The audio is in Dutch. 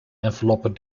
enveloppen